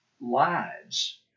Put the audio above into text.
lives